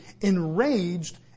enraged